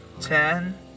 ten